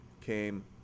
came